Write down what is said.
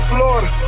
Florida